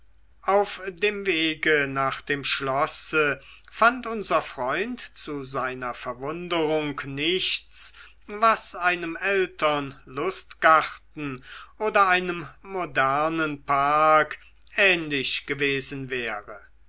auf dem wege nach dem schlosse fand unser freund zu seiner verwunderung nichts was einem älteren lustgarten oder einem modernen park ähnlich gewesen wäre